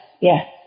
yes